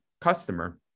customer